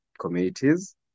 communities